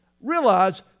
Realize